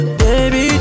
baby